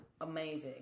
amazing